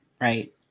right